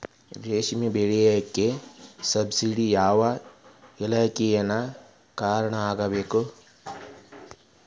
ರೇಷ್ಮಿ ಬೆಳಿಯಾಕ ಸಬ್ಸಿಡಿಗೆ ಯಾವ ಇಲಾಖೆನ ಕಾಣಬೇಕ್ರೇ?